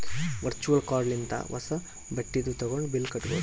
virtual card ಲಿಂತ ಹೊಸಾ ಬಟ್ಟಿದು ತಗೊಂಡಿದು ಬಿಲ್ ಕಟ್ಟುದ್